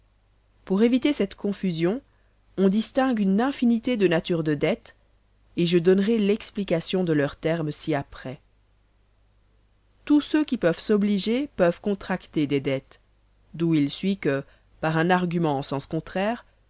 pour éviter cette confusion on distingue une infinité de natures de dettes et je donnerai l'explication de leurs termes ci-après tous ceux qui peuvent s'obliger peuvent contracter des dettes d'où il suit que par un argument en sens contraire